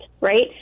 right